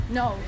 no